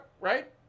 right